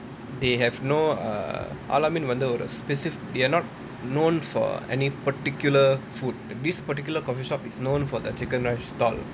they have no err al-ameen வந்து ஒரு:vanthu oru spec~ they are not known for any particular food this particular coffee shop is known for the chicken rice stall